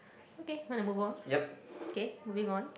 okay going to move on okay moving on